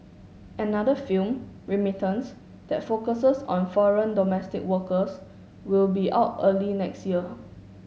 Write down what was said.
another film Remittance that focuses on foreign domestic workers will be out early next year